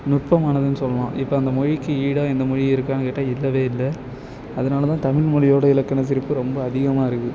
நுட்பமானதுன்னு சொல்லலாம் இப்போ அந்த மொழிக்கு ஈடாக எந்த மொழி இருக்கான்னு கேட்டா இல்லவே இல்லை அதனால் தான் தமிழ் மொழியோட இலக்கண சிறப்பு ரொம்ப அதிகமாக இருக்குது